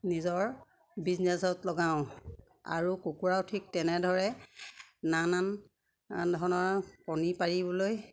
নিজৰ বিজনেচত লগাওঁ আৰু কুকুৰাও ঠিক তেনেদৰে নানান ধৰণৰ কণী পাৰিবলৈ